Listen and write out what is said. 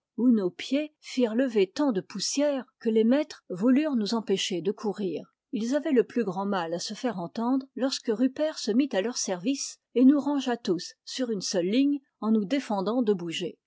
nos pieds firent lever tant de poussière que les maîtres voulurent nous empêcher ge courir ils avaient le plus grand mal à se faire entendre lorsque rupert se mit à leur service et nous rangea tous sur une seule ligne en nous défendant de bouger